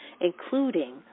including